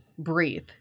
breathe